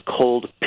cold